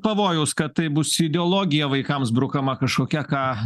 pavojaus kad tai bus ideologija vaikams brukama kažkokia ką